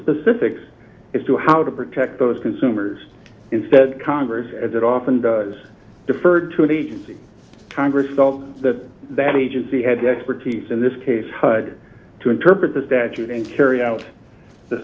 specifics as to how to protect those consumers instead congress as it often does defer to an agency congress that that agency had the expertise in this case hood to interpret the statute and carry out the